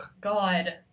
god